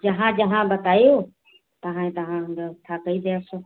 जहाँ जहाँ बतायो तहई तहां हम व्यवस्था कई देव सब